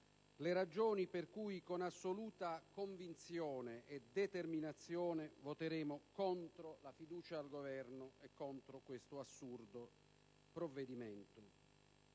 le ragioni per cui, con assoluta convinzione e determinazione, voteremo contro la fiducia al Governo e contro questo assurdo provvedimento.